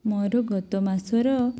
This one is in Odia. ମୋର ଗତ ମାସର